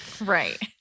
Right